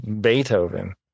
Beethoven